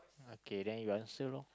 okay then you answer wrong